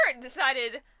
decided